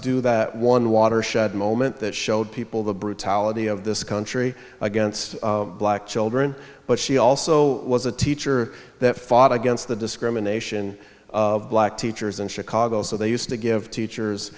do that one watershed moment that showed people the brutality of this country against black children but she also was a teacher that fought against the discrimination of black teachers in chicago so they used to give teachers